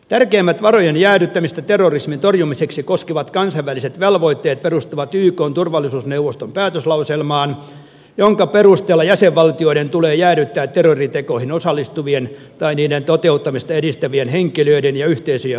tärkeimmät varojen jäädyttämistä terrorismin torjumiseksi koskevat kansainväliset velvoitteet perustuvat ykn turvallisuusneuvoston päätöslauselmaan jonka perusteella jäsenvaltioiden tulee jäädyttää terroritekoihin osallistuvien tai niiden toteuttamista edistävien henkilöiden ja yhteisöjen varat